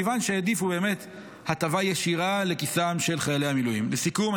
מכיוון שהעדיפו באמת הטבה ישירה לכיסם של חיילי המילואים.